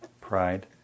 Pride